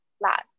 Last